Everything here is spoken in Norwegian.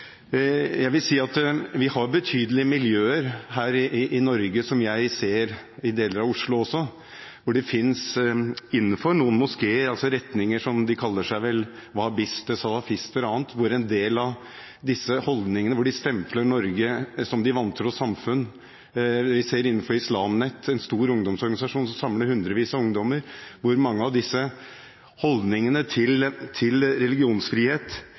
Jeg vil si at vi har betydelige miljøer her i Norge – som jeg også ser i deler av Oslo, hvor det innenfor noen moskeer finnes retninger som kaller seg wahhabisme, salafisme eller annet – som har en del av disse holdningene hvor de stempler Norge som et vantro samfunn. Innenfor Islam Net, en stor ungdomsorganisasjon som samler hundrevis av ungdommer, ser vi mange av disse holdningene til religionsfrihet